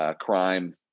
crime